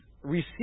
receive